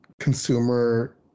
consumer